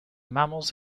mammals